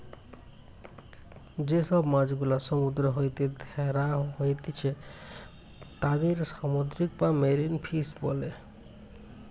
যে সব মাছ গুলা সমুদ্র হইতে ধ্যরা হতিছে তাদির সামুদ্রিক বা মেরিন ফিশ বোলে